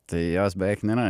tai jos beveik nėra